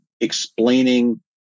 explaining